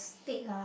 steak ah